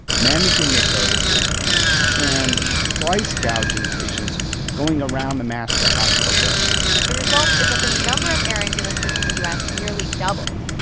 managing their services and price-gouging patients going around the master hospital bill the result is that the number of air ambulances in the u s. nearly doubled,